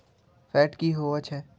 Fat की होवछै?